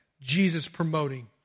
Jesus-promoting